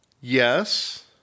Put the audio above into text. Yes